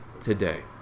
today